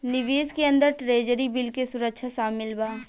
निवेश के अंदर ट्रेजरी बिल के सुरक्षा शामिल बा